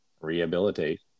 rehabilitate